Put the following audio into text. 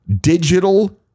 digital